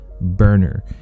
burner